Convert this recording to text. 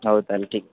ହଉ ତା'ହେଲେ ଠିକ୍ ଅଛି